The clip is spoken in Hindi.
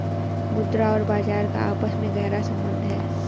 मुद्रा और बाजार का आपस में गहरा सम्बन्ध है